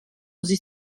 sich